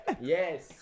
yes